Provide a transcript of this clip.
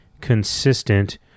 consistent